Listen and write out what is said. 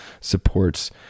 supports